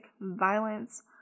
violence